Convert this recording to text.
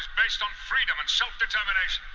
based on freedom and self-determination.